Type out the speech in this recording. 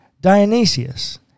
Dionysius